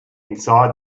inside